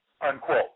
Unquote